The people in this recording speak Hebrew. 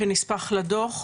כנספח לדו"ח.